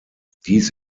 dies